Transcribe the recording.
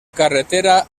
carretera